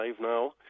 now